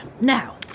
Now